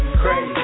crazy